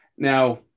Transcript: Now